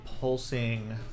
pulsing